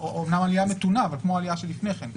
אומנם עלייה מתונה, אבל כמו העלייה שלפני כן.